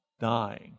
dying